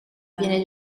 viene